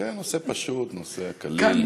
כן, נושא פשוט, נושא קליל.